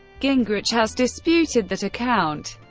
gingrich has disputed that account.